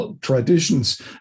traditions